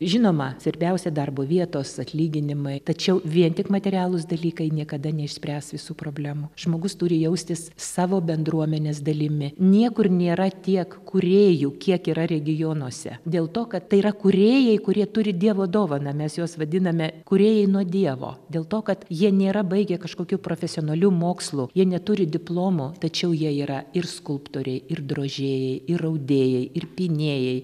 žinoma svarbiausia darbo vietos atlyginimai tačiau vien tik materialūs dalykai niekada neišspręs visų problemų žmogus turi jaustis savo bendruomenės dalimi niekur nėra tiek kūrėjų kiek yra regionuose dėl to kad tai yra kūrėjai kurie turi dievo dovaną mes juos vadiname kūrėjai nuo dievo dėl to kad jie nėra baigę kažkokių profesionalių mokslų jie neturi diplomo tačiau jie yra ir skulptoriai ir drožėjai ir audėjai ir pynėjai